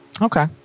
Okay